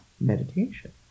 Meditation